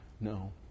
No